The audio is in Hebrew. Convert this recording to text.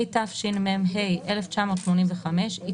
התשמ"ה 1985‏,